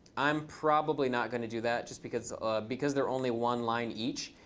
i'm probably not going to do that, just because because they're only one line each.